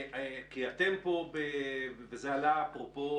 דרור, אפרופו